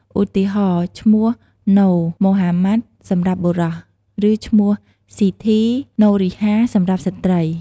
ឧទាហរណ៍ ឈ្មោះ ណូ ម៉ូហាម៉ាត់ សម្រាប់បុរស ឬ ឈ្មោះ ស៊ីធី ណូរីហា សម្រាប់ស្ត្រី។